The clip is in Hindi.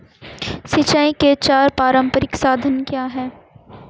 सिंचाई के चार पारंपरिक साधन क्या हैं?